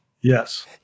Yes